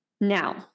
Now